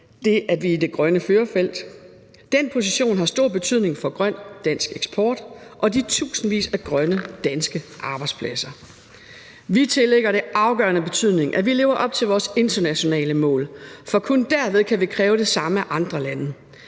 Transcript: de, at vi er i det grønne førerfelt. Den position har stor betydning for grøn dansk eksport og de tusindvis af grønne danske arbejdspladser. Konservative tillægger det afgørende betydning, at vi lever op til vores internationale mål, for kun derved kan vi kræve det samme af andre lande.